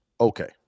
okay